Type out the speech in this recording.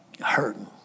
hurting